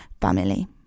family